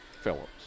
Phillips